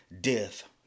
death